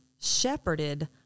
shepherded